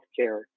healthcare